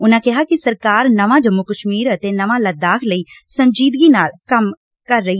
ਉਨਾਂ ਕਿਹਾ ਕਿ ਸਰਕਾਰ ਨਵਾਂ ਜੰਮੁ ਕਸ਼ਮੀਰ ਨਵਾਂ ਲੱਦਾਖ ਲਈ ਸੰਜੀਦਗੀ ਨਾਲ ਕੰਮ ਕਰਨਗੇ